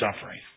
suffering